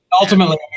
ultimately